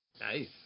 Nice